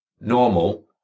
normal